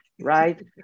right